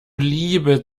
liebe